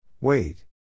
Wait